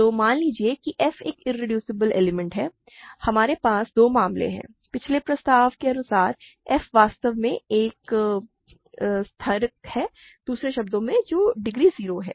तो मान लीजिए कि f एक इरेड्यूसिबल एलिमेंट है हमारे पास दो मामले हैं पिछले प्रस्ताव के अनुसार f वास्तव में एक स्थिरांक है दूसरे शब्दों में जो डिग्री 0 है